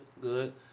Good